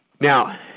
Now